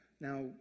Now